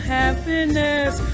happiness